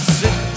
sit